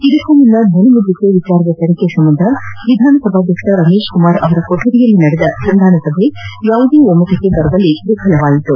ಇದಕ್ಕೂ ಮುನ್ನ ಧ್ವನಿಮುದ್ರಿಕೆ ವಿಚಾರದ ತನಿಖೆ ಸಂಬಂಧ ವಿಧಾನಸಭಾಧ್ಯಕ್ಷ ರಮೇಶ್ ಕುಮಾರ್ ಅವರ ಕೊಠಡಿಯಲ್ಲಿ ನಡೆದ ಸಂಧಾನ ಸಭೆ ಯಾವುದೇ ಒಮ್ಮತಕ್ಕೆ ಬರುವಲ್ಲಿ ವಿಫಲವಾಯಿತು